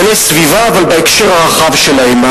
אבל בהקשר הרחב שלהם,